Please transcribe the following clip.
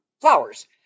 flowers